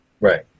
Right